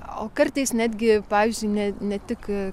o kartais netgi pavyzdžiui ne ne tik